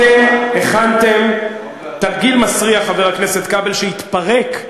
אתם הכנתם תרגיל מסריח, חבר הכנסת כבל, שהתפרק.